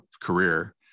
career